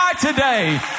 today